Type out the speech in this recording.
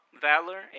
valor